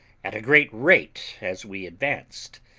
at a great rate as we advanced.